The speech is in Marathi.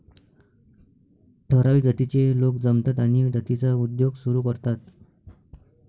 ठराविक जातीचे लोक जमतात आणि जातीचा उद्योग सुरू करतात